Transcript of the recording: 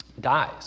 dies